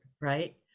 Right